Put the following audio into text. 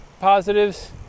positives